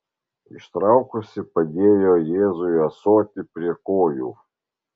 ištraukusi padėjo jėzui ąsotį prie kojų